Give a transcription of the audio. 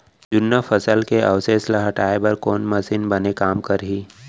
जुन्ना फसल के अवशेष ला हटाए बर कोन मशीन बने काम करही?